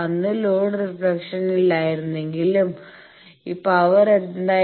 അന്ന് load reflection ഇല്ലായിരുന്നുവെങ്കിൽ power എന്തായിരുന്നു